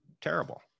terrible